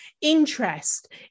interest